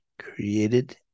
created